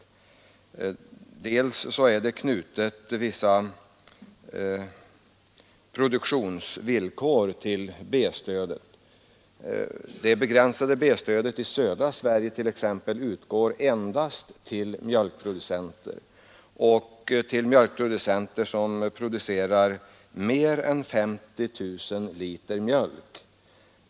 Till B-stödet har knutits vissa produktionsvill 109 kor. Så t.ex. utgår det begränsade B-stödet i södra Sverige endast till mjölkproducenter som producerar mer än 50 000 liter mjölk.